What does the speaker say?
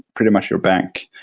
pretty much your bank,